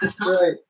right